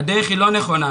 הדרך היא לא נכונה,